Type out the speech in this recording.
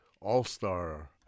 all-star